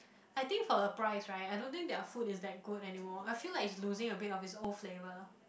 I think for the price right I don't think their food is that good anymore I feel like it's losing of it's old flavour